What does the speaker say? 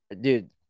dude